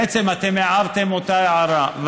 בעצם אתם הערתם אותה הערה,